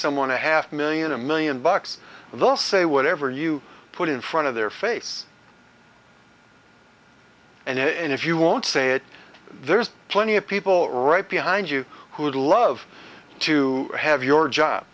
someone a half million a million bucks they'll say whatever you put in front of their face and if you won't say it there's plenty of people right behind you who would love to have your job